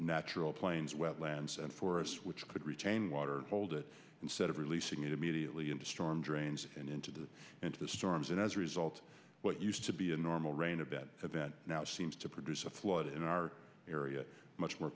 natural plains wetlands and forests which could retain water and hold it instead of releasing it immediately into storm drains and into the into the storms and as a result what used to be a normal rain a bad event now seems to produce a flood in our area much more